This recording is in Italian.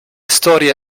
storie